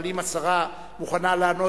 אבל אם השרה מוכנה לענות,